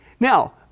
Now